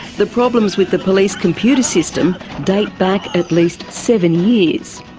the problems with the police computer system date back at least seven years.